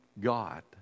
God